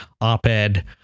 op-ed